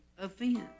offense